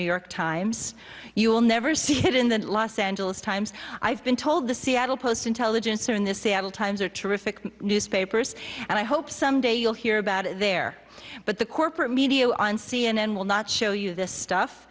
new york times you will never see it in the los angeles times i've been told the seattle post intelligencer in the seattle times are terrific newspapers and i hope some day you'll hear about it there but the corporate media on c n n will not show you the stuff